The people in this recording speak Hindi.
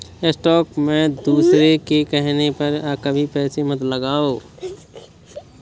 स्टॉक में दूसरों के कहने पर कभी पैसे मत लगाओ